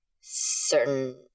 certain